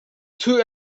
two